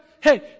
Hey